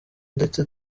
ndetse